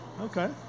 okay